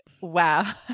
wow